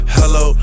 Hello